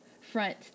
front